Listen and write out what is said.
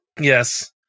Yes